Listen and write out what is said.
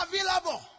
available